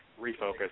refocus